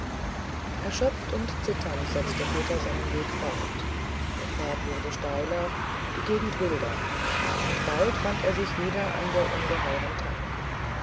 erschöpft und zitternd setzte peter seinen weg fort der pfad wurde steiler die gegend wilder und bald fand er sich wieder an der ungeheuren tanne